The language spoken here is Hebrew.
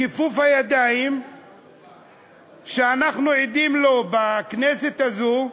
כיפוף הידיים שאנחנו עדים לו בכנסת הזו,